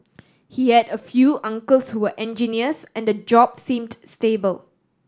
he had a few uncles who were engineers and the job seemed stable